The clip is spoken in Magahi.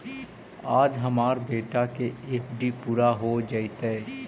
आज हमार बेटा के एफ.डी पूरा हो जयतई